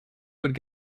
would